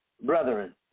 brethren